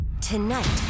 Tonight